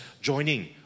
joining